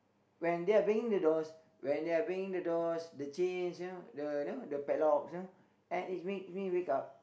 when they are banging the doors when they are banging the doors the chains you know the you know the padlocks you know and it's making me wake up